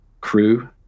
crew